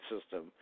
system